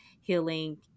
healing